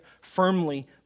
firmly